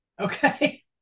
Okay